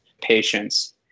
patients